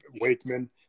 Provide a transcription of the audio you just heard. Wakeman